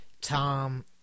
Tom